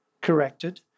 corrected